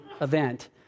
event